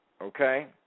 Okay